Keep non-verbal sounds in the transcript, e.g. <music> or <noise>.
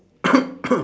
<coughs>